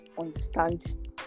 understand